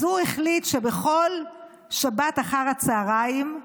אז הוא החליט שבכל שבת אחר הצוהריים,